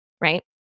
right